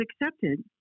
accepted